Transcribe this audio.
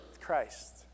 Christ